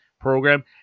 program